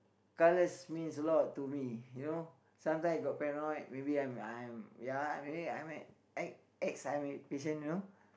colors means a lot to me you know some night got paranoid maybe I'm I'm ya actually I'm an ex ex I_M_H patient you know